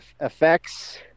effects